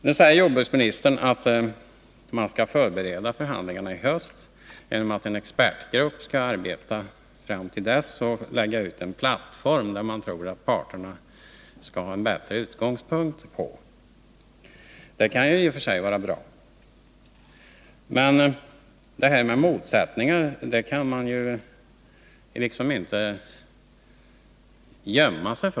Nu säger jordbruksministern att man skall förbereda sig inför förhandlingarna i höst genom att låta en expertgrupp arbeta fram till dess. På det sättet får parterna en plattform att stå på och utgångsläget vid förhandlingarna blir bättre. Det kan i och för sig vara bra. Men man kan inte gömma motsättningarna — de finns där i alla fall.